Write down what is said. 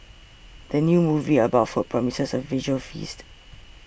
the new movie about food promises a visual feast